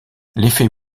l’effet